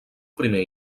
primer